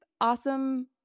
awesome